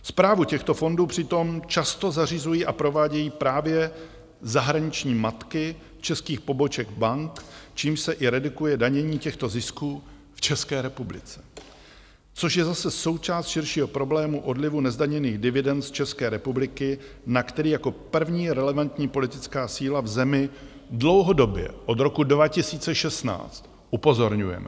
Správu těchto fondů přitom často zařizují a provádějí právě zahraniční matky českých poboček bank, čímž se i redukuje danění těchto zisků v České republice, což je zase součást širšího problému odlivu nezdaněných dividend z České republiky, na který jako první relevantní politická síla v zemi dlouhodobě od roku 2016 upozorňujeme.